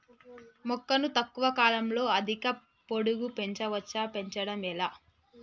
మొక్కను తక్కువ కాలంలో అధిక పొడుగు పెంచవచ్చా పెంచడం ఎలా?